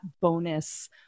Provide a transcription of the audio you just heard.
bonus